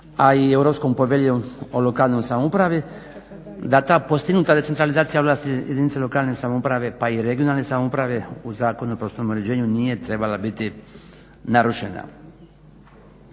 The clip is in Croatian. a i Europskom poveljom o lokalnoj samoupravi da ta postignuta decentralizacija vlasti jedinica lokalne samouprave pa i regionalne samouprave u Zakonu o prostornom uređenju nije trebala biti narušena.